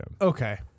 Okay